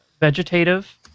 vegetative